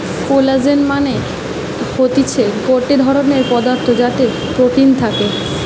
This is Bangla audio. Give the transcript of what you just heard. কোলাজেন মানে হতিছে গটে ধরণের পদার্থ যাতে প্রোটিন থাকে